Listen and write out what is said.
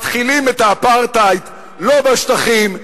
מתחילים את האפרטהייד לא בשטחים,